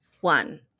one